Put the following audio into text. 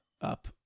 up